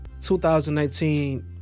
2019